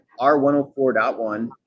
R104.1